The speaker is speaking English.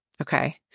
Okay